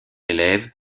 élève